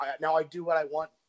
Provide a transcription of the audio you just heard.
now-I-do-what-I-want